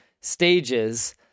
stages